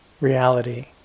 reality